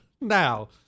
now